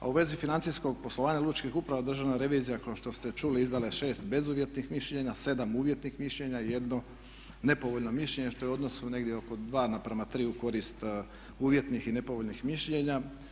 A u vezi financijskog poslovanja lučkih uprava Državna revizija kao što ste čuli izdala je 6 bezuvjetnih mišljenja, 7 uvjetnih mišljenja i 1 nepovoljno mišljenje što je u odnosu negdje oko 2 na prema 3 u korist uvjetnih i nepovoljnih mišljenja.